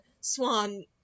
swan